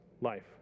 life